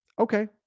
okay